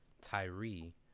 Tyree